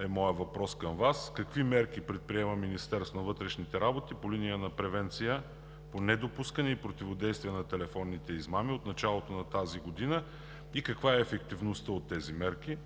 е моят въпрос към Вас: какви мерки предприема Министерството на вътрешните работи по линия на превенция по недопускане и противодействие на телефонните измами от началото на тази година и каква е ефективността от тези мерки?